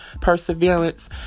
perseverance